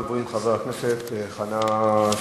ראשון הדוברים הוא חבר הכנסת חנא סוייד,